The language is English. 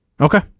Okay